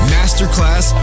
Masterclass